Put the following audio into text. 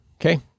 Okay